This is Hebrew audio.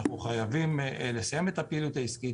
אנחנו חייבים לסיים את הפעילות העסקית